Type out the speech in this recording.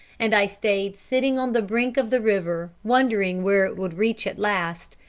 and i stayed sitting on the brink of the river wondering where it would reach at last,